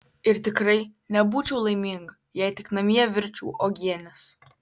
ir tikrai nebūčiau laiminga jei tik namie virčiau uogienes